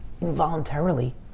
involuntarily